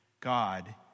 God